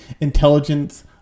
Intelligence